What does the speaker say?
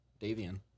Davian